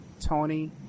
Tony